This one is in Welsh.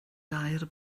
dair